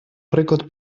приклад